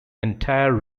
entire